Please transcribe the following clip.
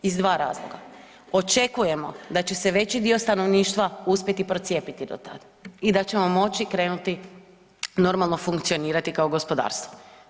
Iz dva razloga, očekujemo da će se veći dio stanovništva uspjeti procijepiti do tada i da ćemo moći krenuti normalno funkcionirati kao gospodarstvo.